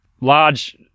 large